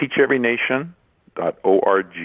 teacheverynation.org